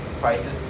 prices